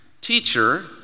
Teacher